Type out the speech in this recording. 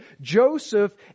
Joseph